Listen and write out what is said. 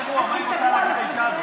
אז תיסגרו על עצמכם.